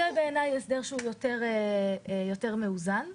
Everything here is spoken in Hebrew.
בעיניי זה הסדר שהוא מאוזן יותר.